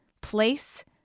place